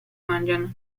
mangiano